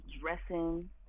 dressing